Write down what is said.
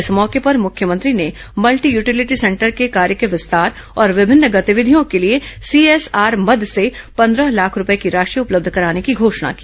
इस मौके पर मुख्यमंत्री ने मल्टीयूटीलिटी सेंटर के कार्य के विस्तार और विभिन्न गतिविधियों के लिए सीएसआर मद से पंद्रह लाख रूपये की राशि उपलब्ध कराने की घोषणा की